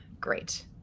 Great